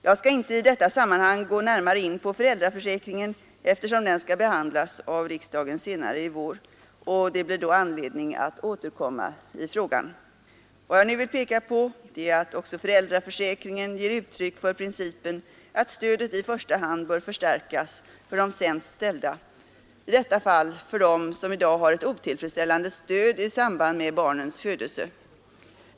Jag skall inte i detta sammanhang gå närmare in på föräldraförsäkringen, eftersom den skall behandlas av riksdagen senare i år, och det blir då anledning att återkomma i frågan. Vad jag nu vill peka på är att även föräldraförsäkringen ger uttryck för principen att stödet i första hand bör förstärkas för de sämst ställda, i detta fall för den som i dag har ett otillfredsställande stöd i samband med barns födelse.